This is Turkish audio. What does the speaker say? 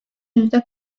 yüzde